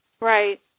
Right